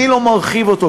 אני לא מרחיב אותו,